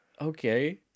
okay